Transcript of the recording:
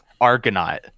Argonaut